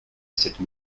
cette